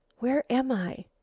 where am i?